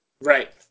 Right